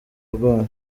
rwanyu